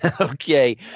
Okay